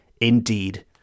indeed